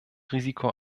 risiko